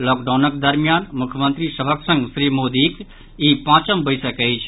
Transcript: लॉकडाउनक दरमियान मुख्यमंत्री सभक संग श्री मोदीक ई पांचम बैसक अछि